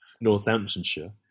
Northamptonshire